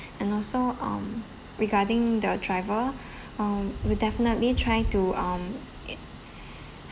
and also um regarding the driver uh we'll definitely try to um i~